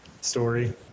story